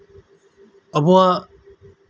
ᱟᱵᱚᱣᱟᱜ